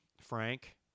Frank